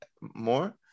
more